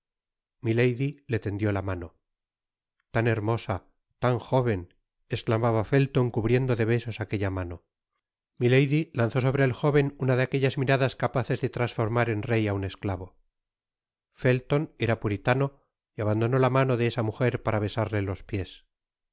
milady le tendió la mano tan hermosa tan jóven esclamaba pellon cubriendo de besos aquella mano milady lanzó sobre el jóven una de aquellas miradas capaces de transformar en rey á un esclavo fellon era puritano y abandonó la mano de esa mujer para besarle los piés